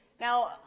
Now